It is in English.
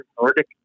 Nordic